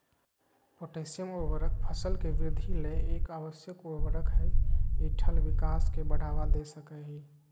potassium उर्वरक फसल के वृद्धि ले एक आवश्यक उर्वरक हई डंठल विकास के बढ़ावा दे सकई हई